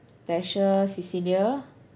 Tasha Cecillia